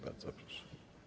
Bardzo proszę.